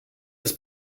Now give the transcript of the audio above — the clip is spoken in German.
das